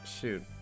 shoot